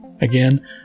Again